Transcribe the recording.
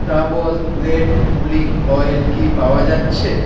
Dabur red pulling oil কি পাওয়া যাচ্ছে